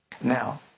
Now